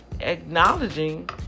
acknowledging